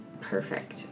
Perfect